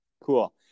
Cool